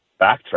backtrack